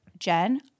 Jen